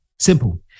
Simple